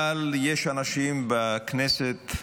אבל יש אנשים בכנסת,